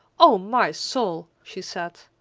o! my soul! she said.